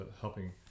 helping